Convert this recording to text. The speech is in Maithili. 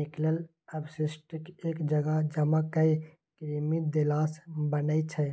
निकलल अवशिष्टकेँ एक जगह जमा कए कृमि देलासँ बनै छै